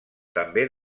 també